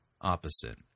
opposite